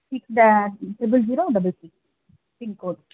six ட triple zero double six pincode